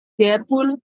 careful